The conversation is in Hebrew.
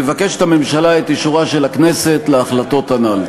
מבקשת הממשלה את אישורה של הכנסת להחלטות הנ"ל.